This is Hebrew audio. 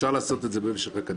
אפשר לעשות את זה במשך הקדנציה.